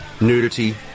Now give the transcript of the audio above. nudity